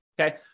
okay